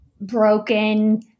broken